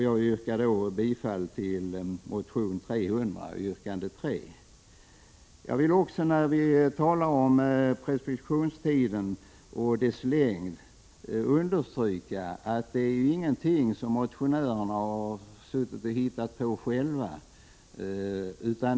Jag vill också, när vi talar om preskriptionstidens längd, understryka att detta inte är någonting som motionärerna suttit och hittat på själva.